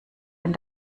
wenn